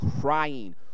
crying